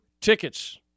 tickets